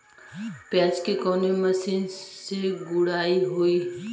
प्याज में कवने मशीन से गुड़ाई होई?